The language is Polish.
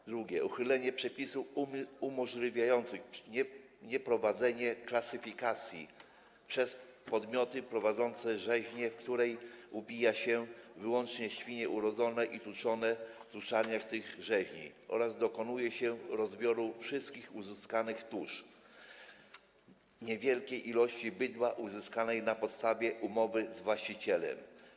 Po drugie, uchylenie przepisów umożliwiających nieprowadzenie klasyfikacji przez podmioty prowadzące rzeźnie, w których ubija się: wyłącznie świnie urodzone i tuczone w tuczarniach tych rzeźni oraz dokonuje się rozbioru wszystkich uzyskanych tusz; niewielkie ilości bydła na podstawie umowy z właścicielem.